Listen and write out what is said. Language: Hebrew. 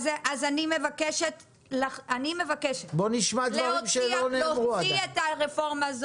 בואי נשמע דברים שלא נאמרו עדיין.